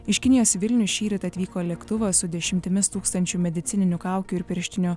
iš kinijos į vilnių šįryt atvyko lėktuvas su dešimtimis tūkstančių medicininių kaukių ir pirštinių